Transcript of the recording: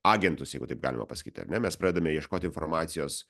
agentus jeigu taip galima pasakyti ar ne mes pradedame ieškoti informacijos